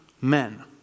men